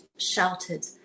shouted